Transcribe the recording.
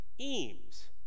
Eames